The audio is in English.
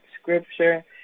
scripture